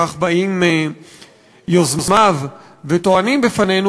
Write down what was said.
כך באים יוזמיו וטוענים בפנינו,